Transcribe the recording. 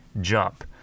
jump